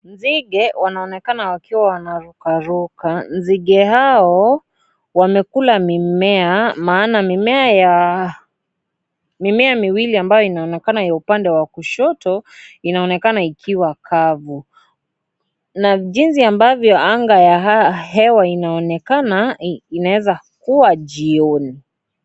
Nzige wanaonekana wakiwa wanarukaruka. Nzige hao, wamekula mimea, maana mimea miwili ambayo inaonekana ya upande wa kushoto, inaonekana ikiwa kavu na jinsi ambavyo anga ya hewa inaonekana, inaweza kuwa jioni.